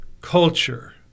culture